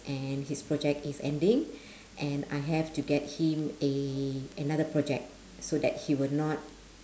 and his project is ending and I have to get him a another project so that he will not